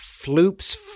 floops